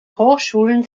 hochschulen